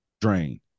drain